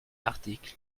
article